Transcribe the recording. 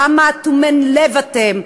כמה אטומי לב אתם,